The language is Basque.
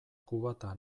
kubata